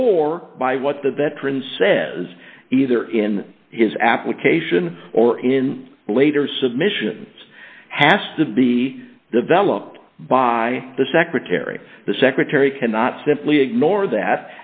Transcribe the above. or by what the veteran says either in his application or in a later submission has to be developed by the secretary the secretary cannot simply ignore that